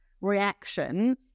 reaction